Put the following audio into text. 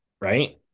right